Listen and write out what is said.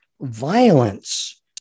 violence